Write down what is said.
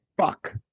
fuck